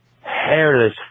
hairless